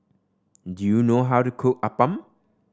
do you know how to cook appam